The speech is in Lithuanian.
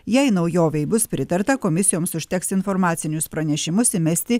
jei naujovei bus pritarta komisijoms užteks informacinius pranešimus įmesti